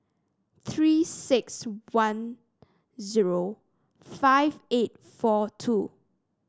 Three six one zero five eight four two